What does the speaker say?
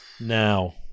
now